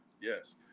Yes